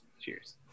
cheers